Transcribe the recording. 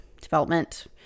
development